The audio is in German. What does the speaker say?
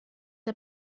der